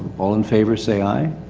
all in favor, say aye.